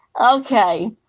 Okay